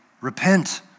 repent